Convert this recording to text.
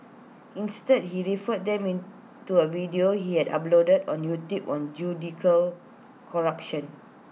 instead he referred them in to A video he had uploaded on YouTube one judicial corruption